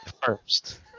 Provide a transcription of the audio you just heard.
first